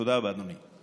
תודה רבה, אדוני.